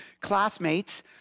classmates